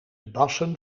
bassen